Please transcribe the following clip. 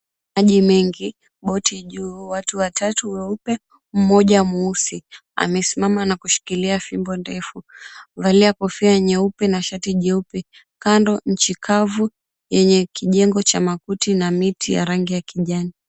Maji mengi, boti juu. Watatu weupe, mmoja mweusi amesimama na kushikilia fimbo ndefu. Amevalia kofia nyeupe na shati jeupe. Kando nchi kavu yenye kijengo cha makutii na miti ya rangi ya kijani.